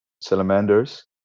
salamanders